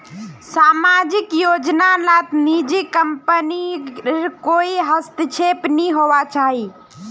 सामाजिक योजना लात निजी कम्पनीर कोए हस्तक्षेप नि होवा चाहि